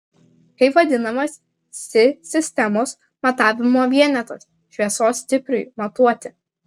kaip vadinamas si sistemos matavimo vienetas šviesos stipriui matuoti